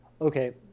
Okay